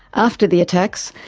after the attacks,